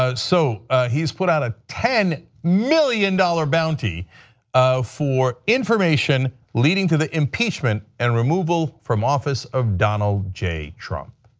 ah so he has put out a ten million dollars bounty ah for information leading to the impeachment and removal from office of donald trump.